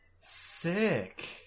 Sick